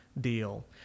deal